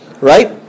right